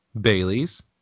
Bailey's